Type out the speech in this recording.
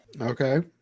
Okay